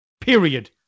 Period